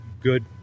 good